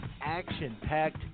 action-packed